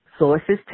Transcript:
Sources